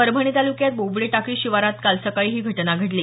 परभणी ताल्क्यात बोबडे टाकळी शिवारात काल सकाळी ही घटना घडली